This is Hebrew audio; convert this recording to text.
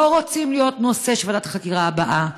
לא רוצים להיות נושא של ועדת החקירה הבאה.